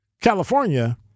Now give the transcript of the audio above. California